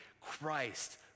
Christ